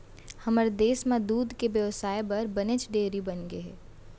हमर देस म दूद के बेवसाय बर बनेच डेयरी बनगे हे